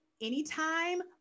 Anytime